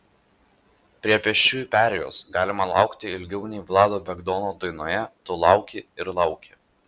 prie pėsčiųjų perėjos galima laukti ilgiau nei vlado bagdono dainoje tu lauki ir lauki